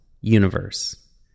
universe